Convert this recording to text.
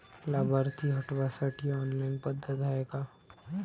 लाभार्थी हटवासाठी ऑनलाईन पद्धत हाय का?